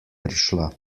prišla